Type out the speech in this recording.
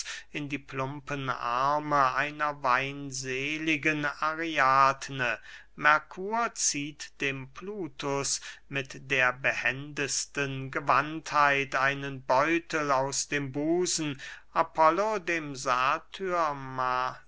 in die plumpen arme einer weinseligen ariadne merkur zieht dem plutus mit der behendesten gewandtheit einen beutel aus dem busen apollo dem satyr